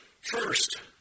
First